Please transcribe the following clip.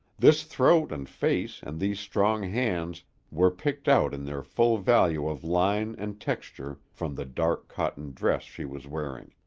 this throat and face and these strong hands were picked out in their full value of line and texture from the dark cotton dress she was wearing.